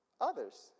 others